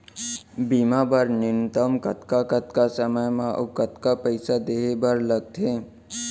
बीमा बर न्यूनतम कतका कतका समय मा अऊ कतका पइसा देहे बर लगथे